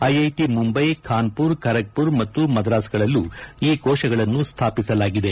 IIT Mumbai Kanpur Kharagpur ಮತ್ತು ಮದ್ರಾಸ್ ಗಳಲ್ಲೂ ಈ ಕೋಶಗಳನ್ನು ಸ್ವಾಪಿಸಲಾಗಿದೆ